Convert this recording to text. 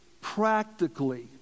practically